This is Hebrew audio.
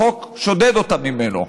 החוק שודד אותם ממנו.